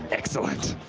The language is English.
excellent.